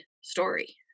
story